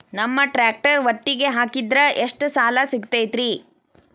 ನಮ್ಮ ಟ್ರ್ಯಾಕ್ಟರ್ ಒತ್ತಿಗೆ ಹಾಕಿದ್ರ ಎಷ್ಟ ಸಾಲ ಸಿಗತೈತ್ರಿ?